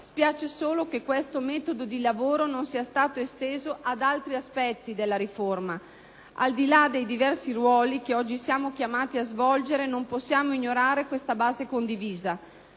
spiace solo che questo metodo di lavoro non sia stato esteso ad altri aspetti della riforma. Al di là dei diversi ruoli che oggi siamo chiamati a svolgere, non possiamo ignorare questa base condivisa.